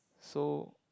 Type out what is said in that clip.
so